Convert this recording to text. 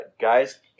guys